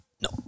No